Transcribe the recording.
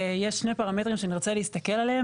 יש שני פרמטרים שנרצה להסתכל עליהם.